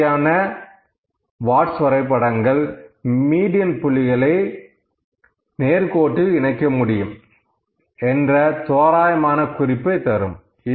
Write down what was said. இந்த மாதிரியான வாட்ஸ் வரைபடம் மீடியன் புள்ளிகளை நேர்கோட்டில் இணைக்க முடியும் என்ற தோராயமானகுறிப்பைத் தரும்